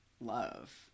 love